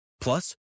Plus